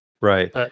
Right